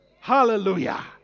Hallelujah